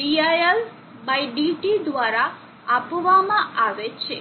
diL dt દ્વારા આપવામાં આવે છે